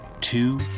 two